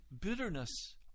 bitterness